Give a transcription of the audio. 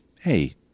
hey